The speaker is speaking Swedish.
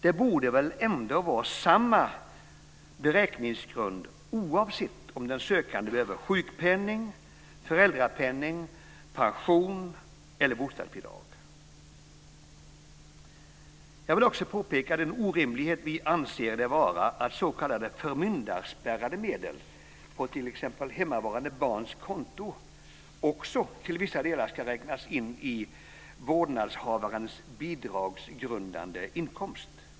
Det borde väl ändå vara samma beräkningsgrund oavsett om den sökande behöver sjukpenning, föräldrapenning, pension eller bostadsbidrag? Jag vill också påpeka den orimlighet vi anser det vara att s.k. förmyndarspärrade medel på t.ex. hemmavarande barns konto också till vissa delar ska räknas in i vårdnadshavarens bidragsgrundande inkomst.